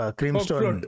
creamstone